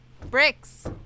Bricks